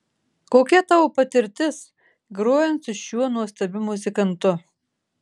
kokia tavo patirtis grojant su šiuo nuostabiu muzikantu